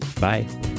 bye